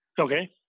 Okay